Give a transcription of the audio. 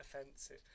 offensive